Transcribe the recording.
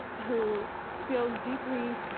who feels deeply